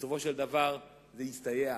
בסופו של דבר זה הסתייע,